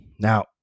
Now